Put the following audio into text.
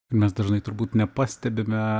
mes dažnai turbūt nepastebime